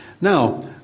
Now